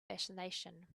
fascination